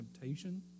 temptation